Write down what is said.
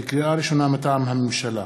לקריאה ראשונה, מטעם הממשלה: